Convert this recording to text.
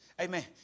Amen